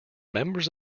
members